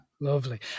Lovely